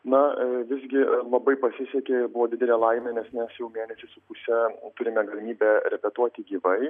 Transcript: na visgi labai pasisekė buvo didelė laimė nes mes jau mėnesį su puse turime galimybę repetuoti gyvai